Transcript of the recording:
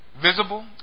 visible